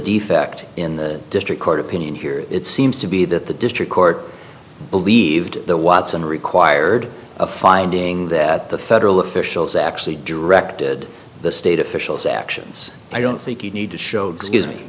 defect in the district court opinion here it seems to be that the district court believed the watson required a finding that the federal officials actually directed the state officials actions i don't think you need to showed me that